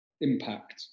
impact